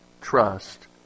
trust